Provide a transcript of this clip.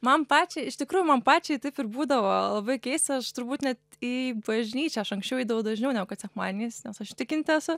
man pačiai iš tikrųjų man pačiai taip ir būdavo labai keista aš turbūt net į bažnyčią aš anksčiau eidavau dažniau negu kad sekmadieniais nes aš tikinti esu